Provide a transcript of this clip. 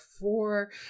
four